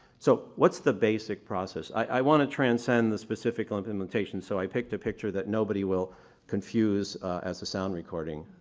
so, what's the basic process? i i want to transcend the specific on limitation, so i picked a picture that nobody will confuse as a sound recording.